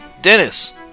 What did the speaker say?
Dennis